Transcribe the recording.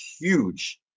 huge